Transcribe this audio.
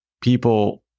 people